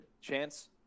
chance